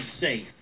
safe